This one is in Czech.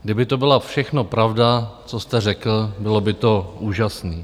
Kdyby to byla všechno pravda, co jste řekl, bylo by to úžasné.